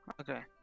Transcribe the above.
Okay